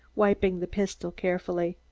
wiping the pistol carefully.